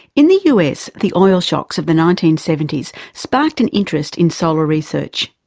in the us, the oil shocks of the nineteen seventy s sparked an interest in solar research.